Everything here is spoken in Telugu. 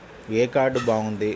ఏ కార్డు బాగుంది?